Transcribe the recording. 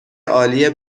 عالی